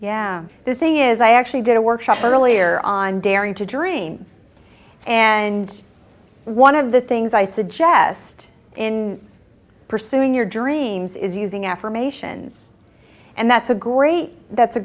yeah the thing is i actually did a workshop earlier on daring to dream and one of the things i suggest in pursuing your dreams is using affirmations and that's a great that's a